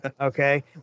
okay